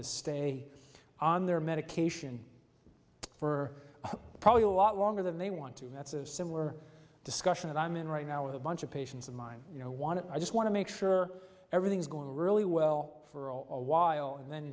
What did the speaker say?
to stay on their medication for probably a lot longer than they want to that's a similar discussion and i'm in right now with a bunch of patients of mine you know want to i just want to make sure everything's going really well for a while and then